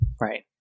Right